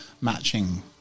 matching